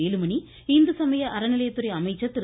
வேலுமணி இந்து சமய அறநிலையத்துறை அமைச்சர் திரு